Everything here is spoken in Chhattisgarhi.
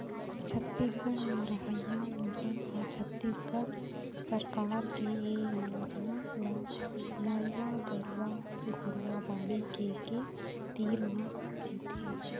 छत्तीसगढ़ म रहइया लोगन ह छत्तीसगढ़ सरकार के ए योजना ल नरूवा, गरूवा, घुरूवा, बाड़ी के के तीर म जीथे